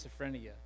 schizophrenia